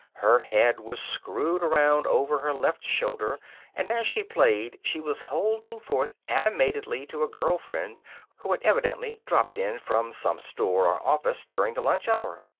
her head was screwed around over her left shoulder and as she played she was holding forth animatedly to a girl friend who had evidently dropped in from some store or office during the lunch hour.